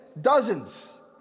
dozens